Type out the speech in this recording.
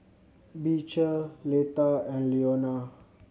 Beecher Leta and Leona